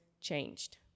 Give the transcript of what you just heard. changed